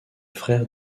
frère